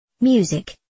Music